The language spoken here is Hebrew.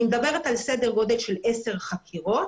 אני מדברת על סדר גודל של עשר חקירות